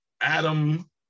Adam